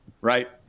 Right